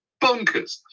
bonkers